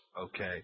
okay